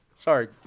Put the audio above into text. Sorry